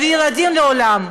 להביא ילדים לעולם.